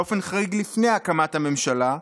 באופן חריג לפני הקמת הממשלה,